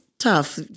tough